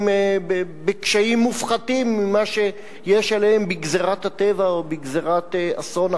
בקשיים מופחתים ממה שיש עליהם בגזירת הטבע או בגזירת אסון אחר.